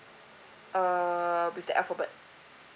err with that alphabet